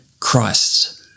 Christ